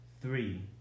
three